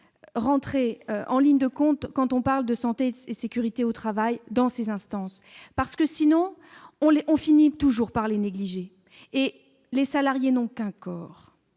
rentrer en ligne de compte quand on parle de santé et sécurité au travail dans ces instances, parce que sinon on le, on finit toujours par les négligés et les salariés n'ont qu'un corps